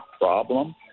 problem